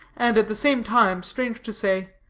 and, at the same time, strange to say,